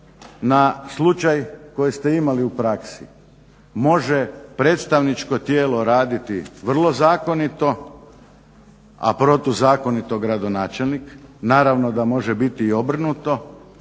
na slučaj koji ste imali u praksi, može predstavničko tijelo raditi vrlo zakonito, a protuzakonito gradonačelnik, naravno da može biti i obrnuto.